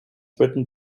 written